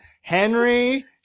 Henry